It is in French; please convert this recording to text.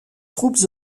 troupes